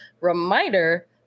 Reminder